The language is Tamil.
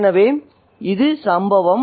எனவே இது சம்பவம்